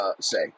say